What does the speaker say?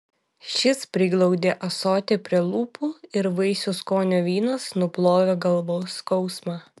šis priglaudė ąsotį prie lūpų ir vaisių skonio vynas nuplovė galvos skausmą